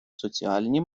соціальні